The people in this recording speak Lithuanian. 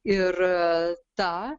ir ta